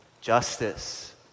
justice